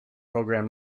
program